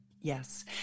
Yes